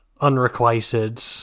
unrequited